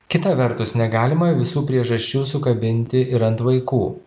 kita vertus negalima visų priežasčių sukabinti ir ant vaikų